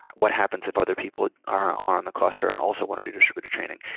what happens if other people are on the cluster and also want to do distributed training?